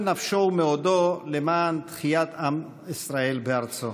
נפשו ומאודו למען תחיית עם ישראל בארצו.